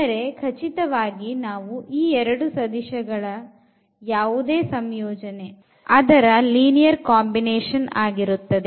ಅಂದರೆ ಖಚಿತವಾಗಿ ನಾವು ಈ ಎರಡು ಸದಿಶಗಳ ಯಾವುದೇ ಸಂಯೋಜನೆ ಅದರ linear combination ಆಗಿರುತ್ತದೆ